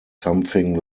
something